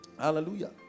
Hallelujah